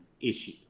issue